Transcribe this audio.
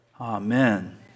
Amen